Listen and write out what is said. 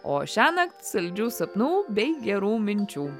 o šiąnakt saldžių sapnų bei gerų minčių